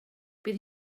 bydd